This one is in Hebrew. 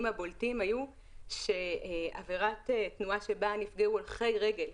הבולטים היה שעבירת תנועה שבה נפגעו הולכי רגל,